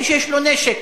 מי שיש לו נשק.